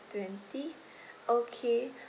twenty okay